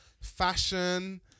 Fashion